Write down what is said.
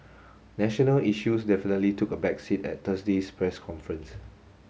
national issues definitely took a back seat at Thursday's press conference